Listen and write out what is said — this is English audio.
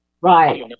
Right